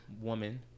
woman